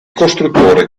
costruttore